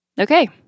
Okay